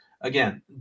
again